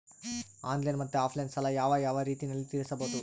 Online ಮತ್ತೆ offline ಸಾಲ ಯಾವ ಯಾವ ರೇತಿನಲ್ಲಿ ತೇರಿಸಬಹುದು?